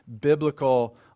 biblical